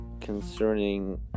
concerning